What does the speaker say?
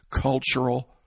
cultural